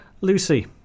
Lucy